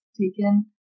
taken